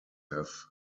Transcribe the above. have